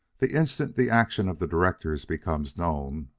the instant the action of the directors becomes known,